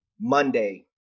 Monday